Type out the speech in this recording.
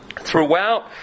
throughout